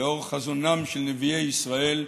לאור חזונם של נביאי ישראל,